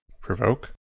provoke